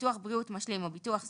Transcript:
ביטוח בריאות משלים או ביטוח סיעודי,